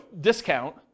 discount